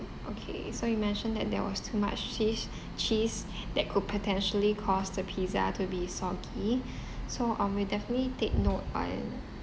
okay so you mentioned that there was too much cheese cheese that could potentially cause the pizza to be soggy so um we'll definitely take note on